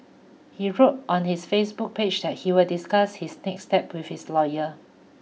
he wrote on his Facebook page that he will discuss his next step with his lawyer